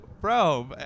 Bro